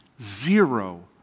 Zero